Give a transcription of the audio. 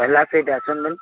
ପହଲା